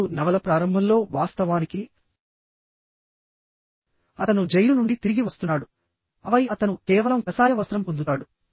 ఇప్పుడు నవల ప్రారంభంలోవాస్తవానికి అతను జైలు నుండి తిరిగి వస్తున్నాడు ఆపై అతను కేవలం కసాయ వస్త్రం పొందుతాడు